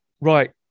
right